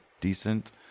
decent